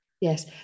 yes